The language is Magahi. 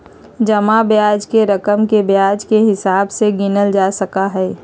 जमा ब्याज के रकम के ब्याज के हिसाब से गिनल जा सका हई